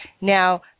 Now